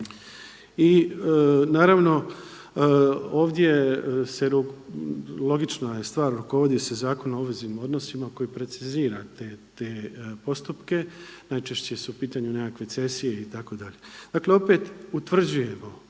I naravno ovdje se, logična je stvar, rukovodi se Zakonom o obveznim odnosima koji precizira te postupke, najčešće su u pitanju nekakve cesije itd.. Dakle opet utvrđujemo